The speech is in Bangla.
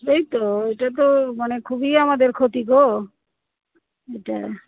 সেই তো এটা তো মানে খুবই আমাদের ক্ষতি গো এটা